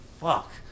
fuck